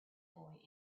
boy